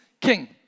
King